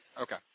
Okay